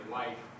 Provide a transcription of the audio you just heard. life